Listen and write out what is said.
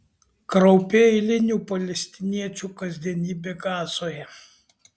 kraupi eilinių palestiniečių kasdienybė gazoje